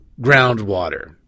groundwater